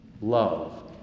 Love